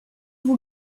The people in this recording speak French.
vous